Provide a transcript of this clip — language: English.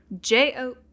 J-O